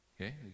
Okay